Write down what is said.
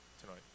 tonight